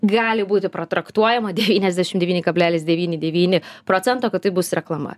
gali būti pratraktuojama devyniasdešim devyni kablelis devyni devyni procento kad tai bus reklama